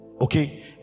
okay